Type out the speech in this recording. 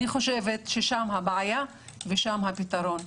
אני חושבת ששם הבעיה ושם הפתרון.